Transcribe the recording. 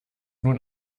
nun